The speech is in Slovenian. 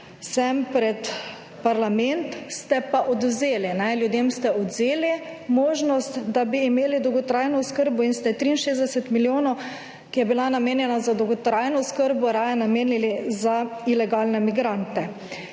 sem pred parlament, ste pa odvzeli, ljudem, ste odvzeli možnost, da bi imeli dolgotrajno oskrbo in ste 63 milijonov, ki je bila namenjena za dolgotrajno oskrbo raje namenili za ilegalne migrante.